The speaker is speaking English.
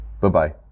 Bye-bye